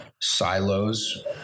silos